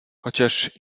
chociaż